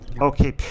Okay